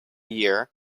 year